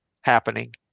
happening